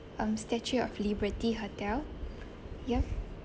um statue of liberty hotel yup